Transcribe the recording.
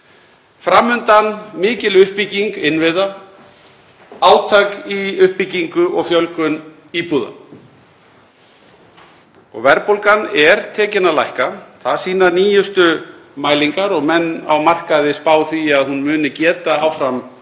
Fram undan er mikil uppbygging innviða, átak í uppbyggingu og fjölgun íbúða. Verðbólgan er tekin að lækka. Það sýna nýjustu mælingar og menn á markaði spá því að hún muni geta lækkað áfram.